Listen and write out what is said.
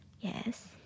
Yes